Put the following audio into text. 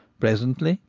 presently,